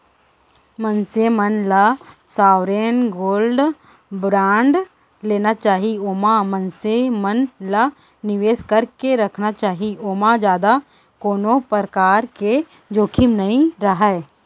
मनसे मन ल सॉवरेन गोल्ड बांड लेना चाही ओमा मनसे मन ल निवेस करके रखना चाही ओमा जादा कोनो परकार के जोखिम नइ रहय